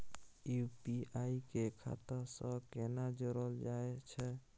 UPI के खाता सं केना जोरल जाए छै?